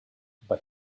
but